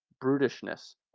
brutishness